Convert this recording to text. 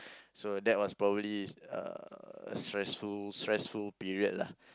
so that was probably uh stressful stressful period lah